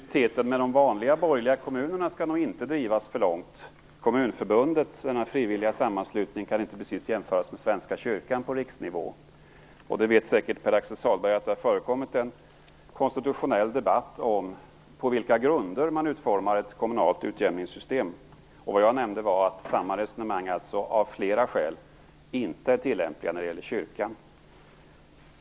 Fru talman! Parallelliteten med de vanliga, borgerliga kommunerna skall nog inte drivas för långt. Kommunförbundet, som är en frivillig sammanslutning, kan inte jämföras med Svenska kyrkan på riksnivå. Pär-Axel Sahlberg vet säkert att det har förekommit en konstitutionell debatt om på vilka grunder man utformar ett kommunalt utjämningssystem. Vad jag nämnde var att samma resonemang av flera skäl inte är tillämpligt när det gäller kyrkan.